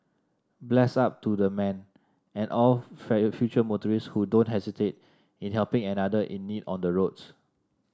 bless up to the man and all future motorists who don't hesitate in helping another in need on the roads